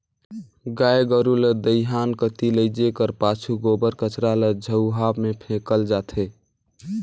गाय गरू ल दईहान कती लेइजे कर पाछू गोबर कचरा ल झउहा मे फेकल जाथे